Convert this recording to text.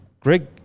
Greg